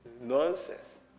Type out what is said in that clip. Nonsense